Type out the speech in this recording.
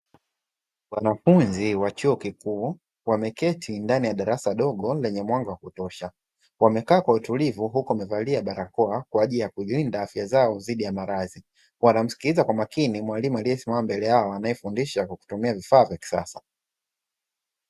Wanafunzi wa chuo kikuu, wameketi ndani ya darasa dogo lenye mwanga wa kutosha, wamekaa kwa utulivu huku wamevalia barakoa kwa ajili ya kulinda afya zao dhidi ya maradhi, wanamsikiliza kwa makini mwalimu aliyesimama mbele yao anayefundisha kwa kutumia vifaa vya kisasa.